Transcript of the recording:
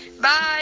Bye